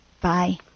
Bye